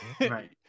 Right